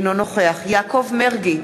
אינו נוכח יעקב מרגי,